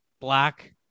black